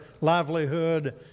livelihood